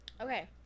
Okay